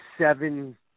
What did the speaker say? seven